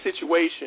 situation